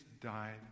died